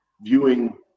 viewing